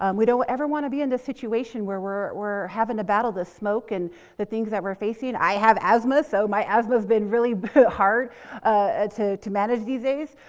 um we don't ever want to be in this situation where we're, we're having a battle the smoke and the things that we're facing. i have asthma. so, my asthma has been really hard ah to to manage these days.